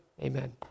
Amen